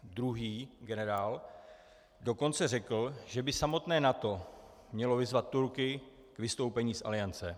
Druhý generál dokonce řekl, že by samotné NATO mělo vyzvat Turky k vystoupení z Aliance.